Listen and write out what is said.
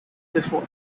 before